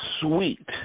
sweet